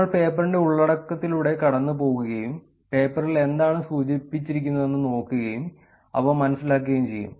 നമ്മൾ പേപ്പറിൻറ്റെ ഉള്ളടക്കത്തിലൂടെ കടന്നുപോകുകയും പേപ്പറിൽ എന്താണ് സൂചിപ്പിച്ചിരിക്കുന്നതെന്ന് നോക്കുകയും അവമനസ്സിലാക്കുകയും ചെയ്യും